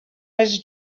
was